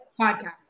podcast